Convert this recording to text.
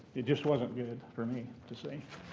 it just wasn't good for me to see.